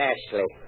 Ashley